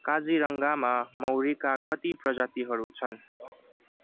काजिरङ्गामा मौरीका कति प्रजातिहरू छन्